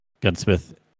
gunsmith